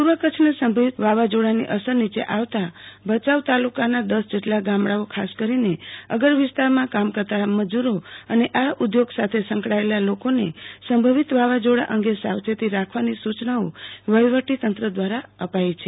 પર્વ કચ્છના સંભવિત વાવાઝોડાની અસર નીચે આવતા ભચાઉ તાલુકાના દશ જેટલા ગામો અને ખાસ કરીને અગર વિસ્તારમાં કામ કરતા મજૂરો અને આ ઉધોગ સાથે સંકડાયેલા લોકોને સભવિત વાવાઝોડા અંગે સાવચેતી રાખવાની સુચનાઓ વહોવટી તંત્ર દવારા અપાઈ છે